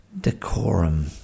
decorum